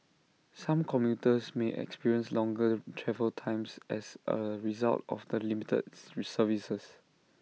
some commuters may experience longer travel times as A result of the limited services